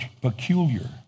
peculiar